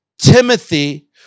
Timothy